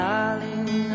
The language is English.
Darling